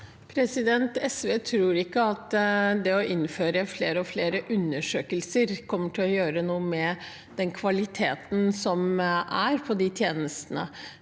SV tror ikke at det å innføre flere og flere undersøkelser kommer til å gjøre noe med kvaliteten på de tjenestene.